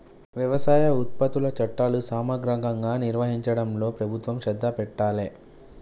వ్యవసాయ ఉత్పత్తుల చట్టాలు సమగ్రంగా నిర్వహించడంలో ప్రభుత్వం శ్రద్ధ పెట్టాలె